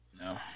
No